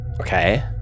Okay